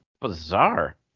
Bizarre